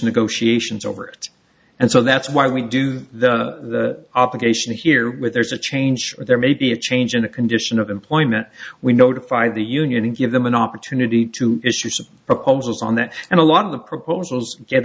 negotiations over it and so that's why we do the operation here with there's a change or there may be a change in a condition of employment we notify the union and give them an opportunity to issue some proposals on that and a lot of the proposals get